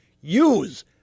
Use